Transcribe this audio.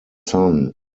son